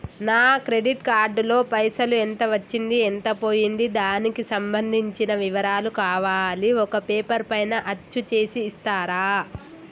నా credit card లో పైసలు ఎంత వచ్చింది ఎంత పోయింది దానికి సంబంధించిన వివరాలు కావాలి ఒక పేపర్ పైన అచ్చు చేసి ఇస్తరా?